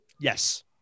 Yes